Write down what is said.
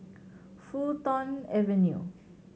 Fulton Avenue